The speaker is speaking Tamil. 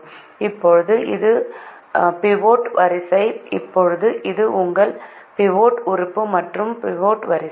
இப்போது இது பிவோட் வரிசை இப்போது இது உங்கள் பிவோட் உறுப்பு மற்றும் பிவோட் வரிசை